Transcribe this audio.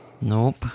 Nope